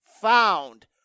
found